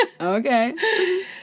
Okay